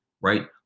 right